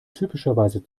typischerweise